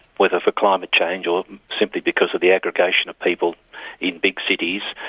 whether for climate change or simply because of the aggregation of people in big cities,